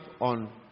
on